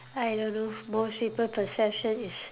I don't know most people possession is